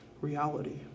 reality